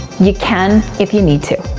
you can if you need to.